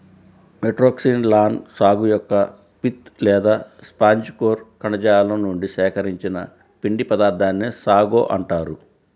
Metroxylon సాగు యొక్క pith లేదా స్పాంజి కోర్ కణజాలం నుండి సేకరించిన పిండి పదార్థాన్నే సాగో అంటారు